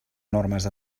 normes